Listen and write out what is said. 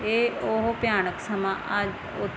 ਇਹ ਉਹ ਭਿਆਨਕ ਸਮਾਂ ਅੱਜ ਓਥ